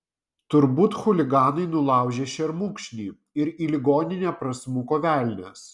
turbūt chuliganai nulaužė šermukšnį ir į ligoninę prasmuko velnias